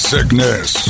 Sickness